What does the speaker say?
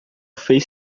fez